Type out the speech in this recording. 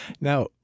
Now